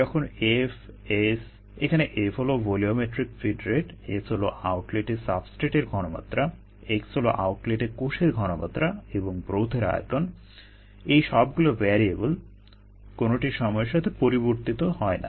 যখন F S এখানে F হলো ভলিওমেট্রিক ফিড রেট S হলো আউটলেটে সাবস্ট্রেটের ঘনমাত্রা x হলো আউটলেটে কোষের ঘনমাত্রা এবং ব্রথের আয়তন এই সবগুলো ভ্যারিয়েবল কোনোটিই সময়ের সাথে পরিবর্তিত হয় না